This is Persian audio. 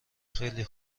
خیلی